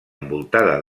envoltada